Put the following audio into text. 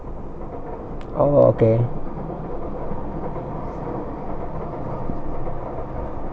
oh okay